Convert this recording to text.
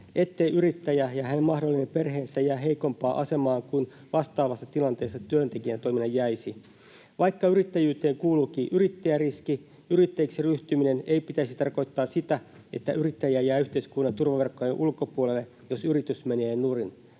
ettei yrittäjä ja hänen mahdollinen perheensä jää heikompaan asemaan kuin vastaavassa tilanteessa työntekijä jäisi. Vaikka yrittäjyyteen kuuluukin yrittäjäriski, yrittäjäksi ryhtymisen ei pitäisi tarkoittaa sitä, että yrittäjä jää yhteiskunnan turvaverkkojen ulkopuolelle, jos yritys menee nurin.